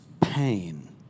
pain